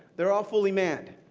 they are all fully manned.